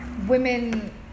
Women